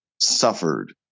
suffered